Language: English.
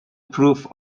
prove